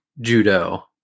judo